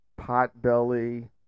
Potbelly